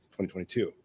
2022